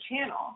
channel